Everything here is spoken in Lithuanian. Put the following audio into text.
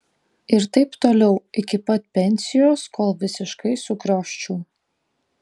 ir taip toliau iki pat pensijos kol visiškai sukrioščiau